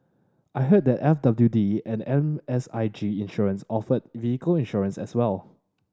I heard that F W D and M S I G Insurance offer vehicle insurance as well